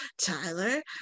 Tyler